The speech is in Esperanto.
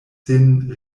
sin